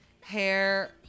Hair